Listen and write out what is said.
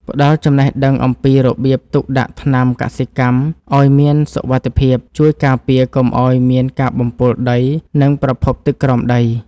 ផ្ដល់ចំណេះដឹងអំពីរបៀបទុកដាក់ថ្នាំកសិកម្មឱ្យមានសុវត្ថិភាពជួយការពារកុំឱ្យមានការបំពុលដី និង ប្រភពទឹកក្រោមដី។